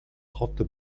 trente